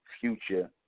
future